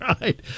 right